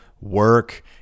work